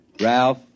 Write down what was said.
Ralph